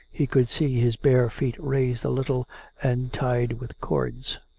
he could see his bare feet raised a little and tied with cords.